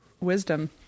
wisdom